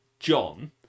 John